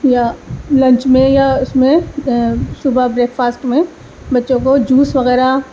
یا لنچ میں یا اس میں صبح بریکفاسٹ میں بچوں کو جوس وغیرہ